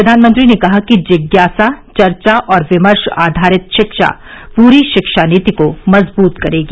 प्रधानमंत्री ने कहा कि जिज्ञासा चर्चा और विमर्श आधारित शिक्षा पूरी शिक्षा नीति को मजबूत करेगी